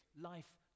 Life